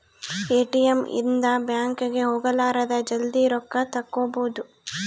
ATM ಇಂದ bank ಗೆ ಹೋಗಲಾರದ ಜಲ್ದೀ ರೊಕ್ಕ ತೆಕ್ಕೊಬೋದು